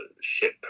ship